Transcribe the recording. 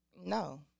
No